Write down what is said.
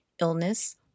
illness